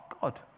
God